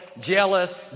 jealous